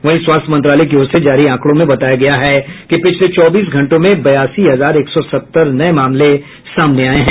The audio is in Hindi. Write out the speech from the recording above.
वहीं स्वास्थ्य मंत्रालय की ओर से जारी आंकड़ों में बताया गया है कि पिछले चौबीस घंटों में बयासी हजार एक सौ सत्तर नये मामले सामने आये हैं